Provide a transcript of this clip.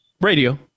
Radio